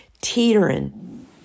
Teetering